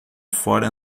fora